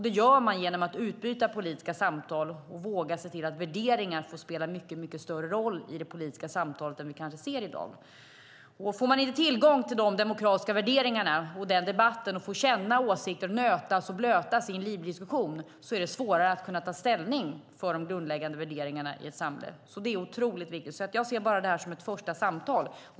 Det gör man genom att utbyta åsikter i politiska samtal och våga se till att värderingar får spela mycket större roll i det politiska samtalet än vi kanske ser i dag. Om man inte får tillgång till de demokratiska värderingarna och den demokratiska debatten och får känna åsikter nötas och blötas i en livlig diskussion är det svårare att kunna ta ställning för de grundläggande värderingarna i ett samhälle. Detta är otroligt viktigt. Jag ser det här bara som ett första samtal.